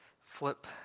flip